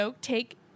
take